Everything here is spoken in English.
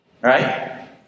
right